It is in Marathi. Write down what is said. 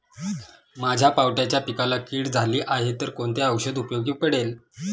माझ्या पावट्याच्या पिकाला कीड झाली आहे तर कोणते औषध उपयोगी पडेल?